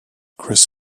chris